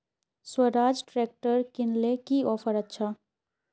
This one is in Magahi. स्वराज ट्रैक्टर किनले की ऑफर अच्छा?